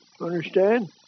Understand